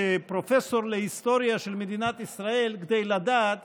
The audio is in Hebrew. פרופסור להיסטוריה של מדינת ישראל כדי לדעת